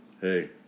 hey